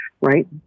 right